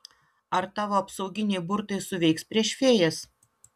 ar tavo apsauginiai burtai suveiks prieš fėjas